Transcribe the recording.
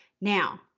Now